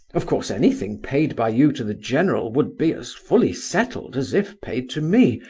of course anything paid by you to the general would be as fully settled as if paid to me,